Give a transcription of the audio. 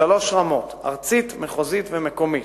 בשלוש רמות, ארצית, מחוזית ומקומית,